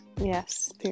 yes